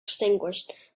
extinguished